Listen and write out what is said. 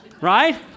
Right